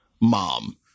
mom